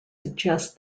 suggest